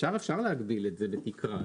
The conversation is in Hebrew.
אפשר להגביל את זה בתקרה.